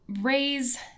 raise